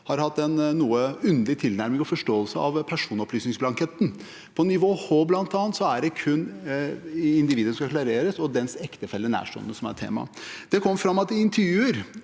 har hatt en noe underlig tilnærming og forståelse av personopplysningsblanketten – på nivå H bl.a., der det kun er individet som skal klareres og dens ektefelle/nærstående som er tema. Det kom fram at i intervjuer